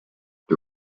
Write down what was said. the